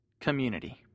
community